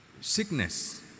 Sickness